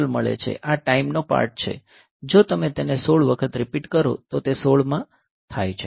આ ટાઈમનો પાર્ટ છે જો તમે તેને 16 વખત રીપીટ કરો તો તે 16 માં થાય છે